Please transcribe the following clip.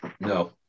No